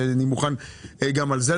שאני מוכן לדבר גם על זה,